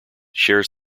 shares